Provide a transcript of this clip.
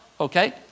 Okay